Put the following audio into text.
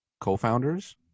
co-founders